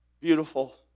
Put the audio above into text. beautiful